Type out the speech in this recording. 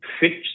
fix